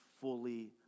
fully